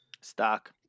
stock